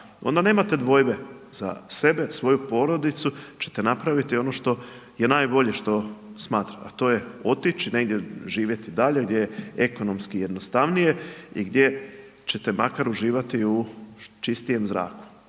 onda nemate dvojbe za sebe, svoju porodicu će te napraviti ono je najbolje što smatrate, a to je otići negdje živjeti dalje gdje je ekonomski jednostavnije, i gdje će te makar uživati u čistijem zraku.